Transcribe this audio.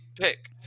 pick